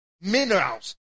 Minerals